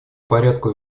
порядку